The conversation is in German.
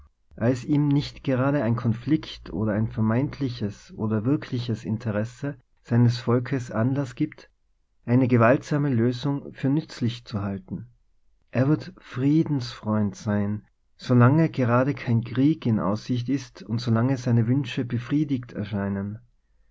als ihm nicht gerade ein konflikt oder ein vermeintliches oder wirkliches interesse seines volkes anlaß gibt eine gewaltsame lösung für nützlich zu halten er wird friedensfreund sein solange gerade kein krieg in aussicht ist und solange seine wünsche befriedigt erscheinen